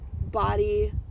body